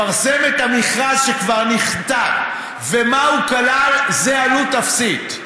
לפרסם את המכרז שכבר נכתב ומה הוא כלל זה עלות אפסית,